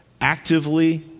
actively